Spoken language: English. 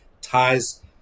ties